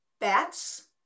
bats